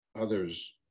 others